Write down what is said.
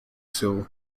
seal